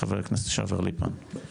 חבר הכנסת לשעבר ליפמן, בבקשה.